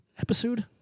Episode